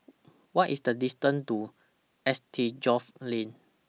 What IS The distance to S T Geoff Lane